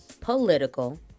political